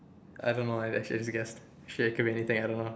I don't know I actually just guess shit it could be anything I don't know